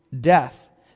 death